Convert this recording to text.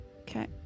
Okay